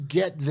get